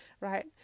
right